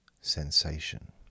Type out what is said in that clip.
sensation